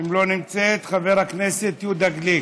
לא נמצאת, וחבר הכנסת יהודה גליק.